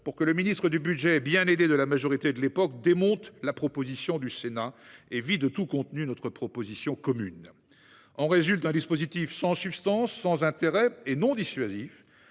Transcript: que le ministre du budget, bien aidé par la majorité de l'époque, démonte l'amendement du Sénat et vide de tout contenu notre proposition commune. Il en résulte un dispositif sans substance, sans intérêt et non dissuasif.